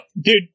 dude